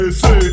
say